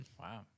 Wow